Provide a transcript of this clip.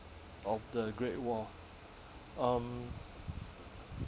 of the great wall um